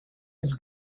his